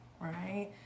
right